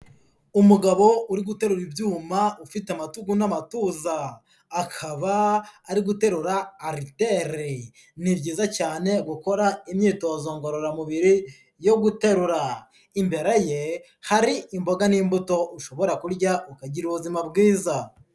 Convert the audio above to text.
Umugabo uri guterura ibyuma ufite amatugu n'amatuza, akaba ari guterura ariteri, ni byiza cyane gukora imyitozo ngororamubiri yo guterura, imbere ye hari imboga n'imbuto ushobora kurya ukagira ubuzima bwiza.